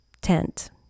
tent